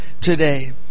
today